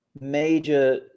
major